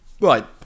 Right